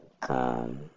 come